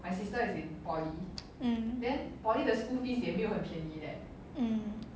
mm